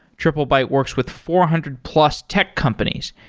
triplebyte works with four hundred plus tech companies,